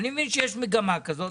אני מבין שיש מגמה כזאת.